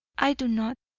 i do not,